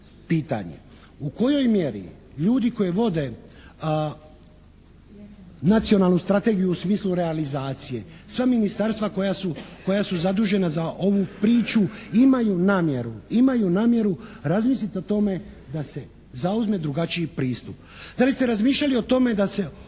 pitanje, u kojoj mjeri ljudi koji vode Nacionalnu strategiju u smislu realizacije, sva ministarstva koja su zadužena za ovu priču imaju namjeru razmisliti o tome da se zauzme drugačiji pristup. Da li ste razmišljali o tome da se